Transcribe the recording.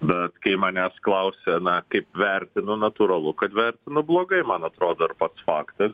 bet kai manęs klausia na kaip vertinu natūralu kad vertinu blogai man atrodo ir pats faktas